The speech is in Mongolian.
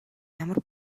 ямар